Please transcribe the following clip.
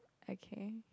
okay